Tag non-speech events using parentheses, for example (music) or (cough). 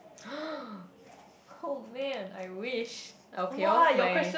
(noise) [ho] man I wish I will pay off my